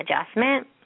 adjustment